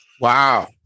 Wow